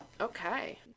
Okay